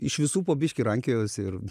iš visų po biški rankiojausi ir